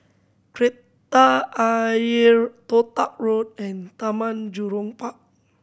Kreta Ayer Toh Tuck Road and Taman Jurong Park